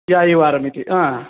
यायिवारमिति हा